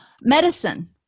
Medicine